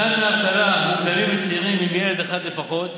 מתן דמי אבטלה מוגדלים לצעירים עם ילד אחד לפחות,